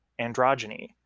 androgyny